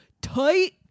tight